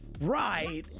Right